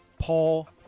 Paul